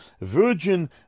virgin